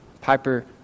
Piper